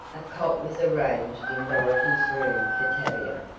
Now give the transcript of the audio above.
a cot was arranged in dorothy's room for tavia,